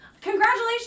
congratulations